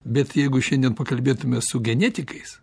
bet jeigu šiandien pakalbėtume su genetikais